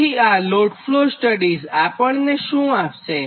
તેથીઆ load flow studies આપણને શું આપશે